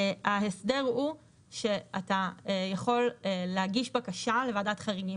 ההסדר הוא שאתה יכול להגיש בקשה לוועדת חריגים,